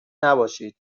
نباشید